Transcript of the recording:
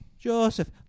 Joseph